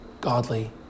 godly